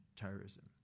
terrorism